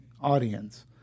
audience